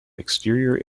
exterior